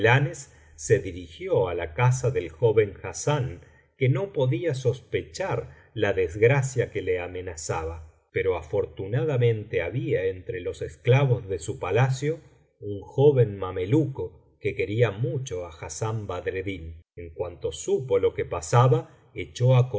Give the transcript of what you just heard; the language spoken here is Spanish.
se dirigió á la casa del joven hassán que no podía sospechar la desgracia que le amenazaba pero afortunadamente había entre los esclavos de su palacio un joven mameluco que quería mucho á hassán badreddin en cuanto supo lo que pasaba echó á